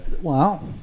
wow